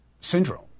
syndrome